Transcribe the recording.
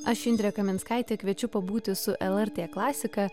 aš indrė kaminskaitė kviečiu pabūti su lrt klasika